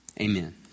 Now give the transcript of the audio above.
amen